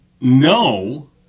no